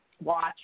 watch